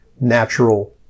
natural